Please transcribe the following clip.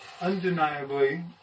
undeniably